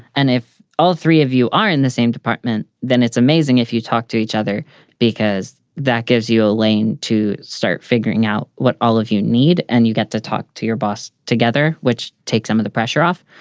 and if all three of you are in the same department, then it's amazing if you talk to each other because that gives you a lane to start figuring out what all of you need and you get to talk to your boss together, which take some of the pressure off.